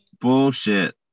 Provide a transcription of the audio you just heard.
Bullshit